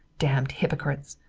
damned hypocrites!